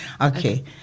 Okay